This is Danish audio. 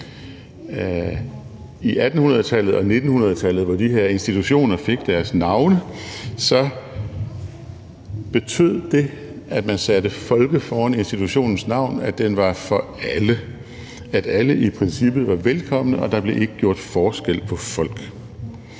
I 1800-tallet og 1900-tallet, hvor de her institutioner fik deres navne, betød det, at man satte »folke« foran institutionens navn, at den var for alle, at alle i princippet var velkomne, og at der ikke blev gjort forskel på folk.